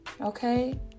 okay